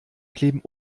kleben